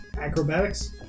acrobatics